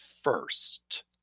first